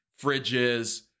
fridges